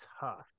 tough